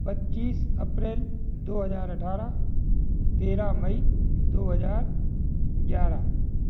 पचीस अप्रेल दो हजार अठारह तेरह मई दो हजार ग्यारह